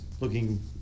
looking